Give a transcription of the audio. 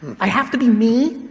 i have to be me,